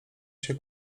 się